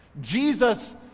Jesus